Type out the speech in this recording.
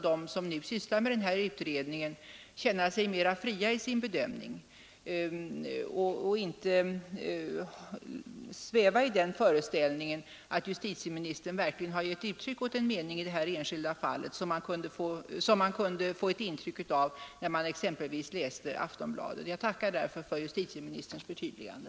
De som sysslar med den aktuella utredningen kan känna sig mera fria i sin bedömning och behöver inte leva i föreställningen att justitieministerna har givit uttryck åt en mening i detta enskilda fall. Det intrycket kunde man ju annars få, när man läste exem pelvis Aftonbladet. Jag tackar alltså för detta justitieministerns förtydligande.